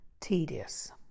tedious